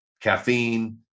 caffeine